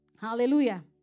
Hallelujah